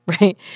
right